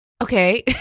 okay